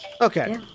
Okay